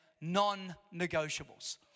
non-negotiables